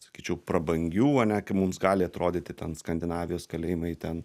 sakyčiau prabangių ane kai mums gali atrodyti ten skandinavijos kalėjimai ten